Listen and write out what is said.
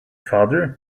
father